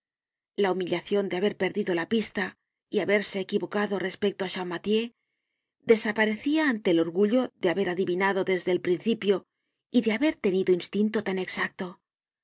la humillacion de haber perdido la pista y haberse equivocado respecto de champmathieu desaparecia ante el orgullo de haber adivinado desde el principio y de haber tenido instinto tan exacto